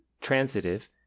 Transitive